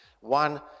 One